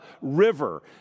river